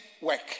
work